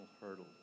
hurdle